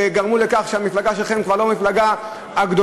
וגרמו לכך שהמפלגה שלכם היא כבר לא המפלגה הגדולה,